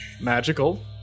Magical